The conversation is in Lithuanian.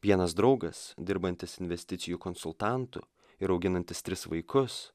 vienas draugas dirbantis investicijų konsultantu ir auginantis tris vaikus